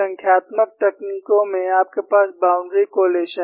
संख्यात्मक तकनीकों में आपके पास बाउंड्री कोल्लोकेशन है